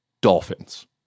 dolphins